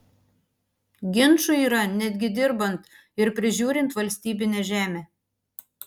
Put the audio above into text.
ginčų yra netgi dirbant ir prižiūrint valstybinę žemę